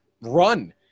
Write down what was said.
run